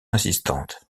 assistante